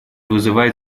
вызывает